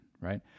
right